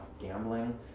gambling